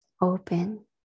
open